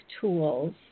tools